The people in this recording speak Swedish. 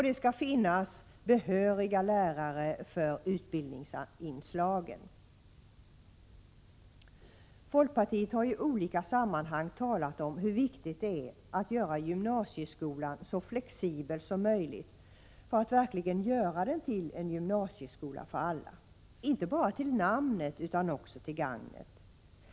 + Det skall finnas behöriga lärare för utbildningsinslagen. Folkpartiet har i olika sammanhang talat om hur viktigt det är att göra gymnasieskolan så flexibel som möjligt för att verkligen göra den till en gymnasieskola för alla — inte bara till namnet utan också till gagnet.